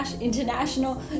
International